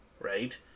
right